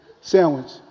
sandwich